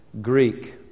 Greek